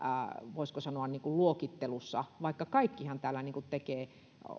voisiko sanoa luokittelussa vaikka kaikkihan täällä tekevät